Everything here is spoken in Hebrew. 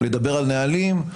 לדבר על נהלים,